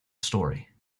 story